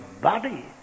body